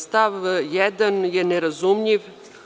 Stav 1. je nerazumljiv.